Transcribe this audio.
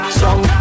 song